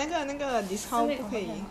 si hui confirm can or not